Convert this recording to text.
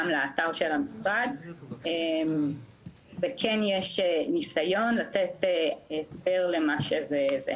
גם לאתר המשרד וכן יש ניסיון לתת הסבר למה שזה עושה.